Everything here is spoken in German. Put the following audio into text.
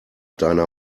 deiner